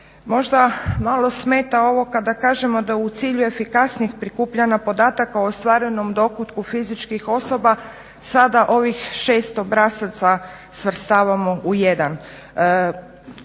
možda malo smeta ovo kada kažemo da u cilju efikasnijeg prikupljanja podataka o ostvarenom dohotku fizičkih osoba sada ovih 6 obrazaca svrstavamo u jedan.